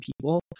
people